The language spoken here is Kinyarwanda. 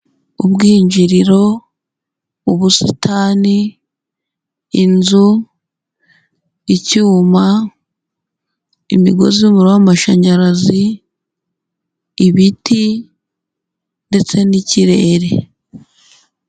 Ubwinjiriro, ubusitani, inzu, icyuma, imigozi y'umuriro w'amashanyarazi, ibiti ndetse n'ikirere.